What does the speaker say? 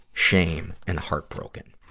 shame, and heartbroken.